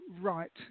right